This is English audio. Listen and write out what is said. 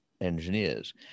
engineers